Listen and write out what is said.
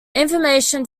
information